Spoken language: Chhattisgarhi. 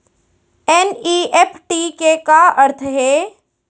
एन.ई.एफ.टी के का अर्थ है?